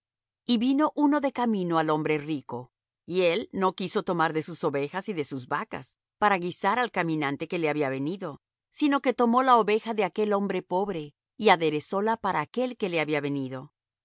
y vino uno de camino al hombre rico y él no quiso tomar de sus ovejas y de sus vacas para guisar al caminante que le había venido sino que tomó la oveja de aquel hombre pobre y aderezóla para aquél que le había venido